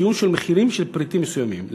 ציון של מחירים של פריטים מסוימים.